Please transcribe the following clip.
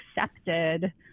accepted